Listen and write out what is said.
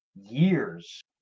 years